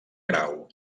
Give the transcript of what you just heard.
grau